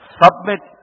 submit